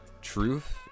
truth